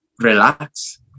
relax